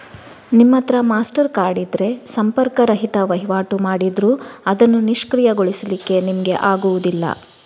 ನಿಮ್ಮತ್ರ Mastercard ಇದ್ರೆ ಸಂಪರ್ಕ ರಹಿತ ವೈವಾಟು ಮಾಡಿದ್ರೂ ಅದನ್ನು ನಿಷ್ಕ್ರಿಯಗೊಳಿಸ್ಲಿಕ್ಕೆ ನಿಮ್ಗೆ ಆಗುದಿಲ್ಲ